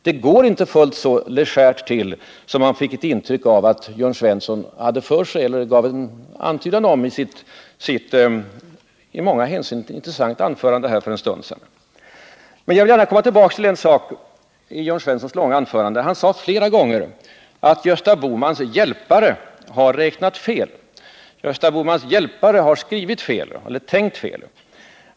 Det går inte så legärt till som Jörn Svensson gav en antydan om i sitt i många hänseenden intressanta anförande här för en stund sedan. Jag vill komma tillbaka till en sak i Jörn Svenssons långa inlägg. Han sade flera gånger att ”Gösta Bohmans hjälpare har räknat fel, Gösta Bohmans hjälpare har skrivit fel eller tänkt fel”.